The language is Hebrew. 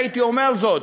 איך הייתי אומר זאת?